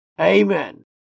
Amen